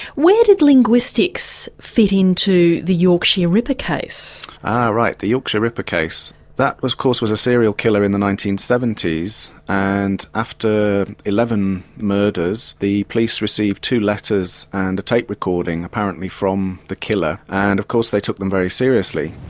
where did linguistics fit into the yorkshire ripper case? ah right, the yorkshire ripper case. that of course was a serial killer in the nineteen seventy s and after eleven murders the police received two letters and a tape recording apparently from the killer and of course they took them very seriously.